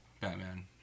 Batman